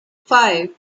five